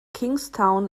kingstown